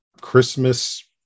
Christmas